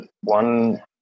One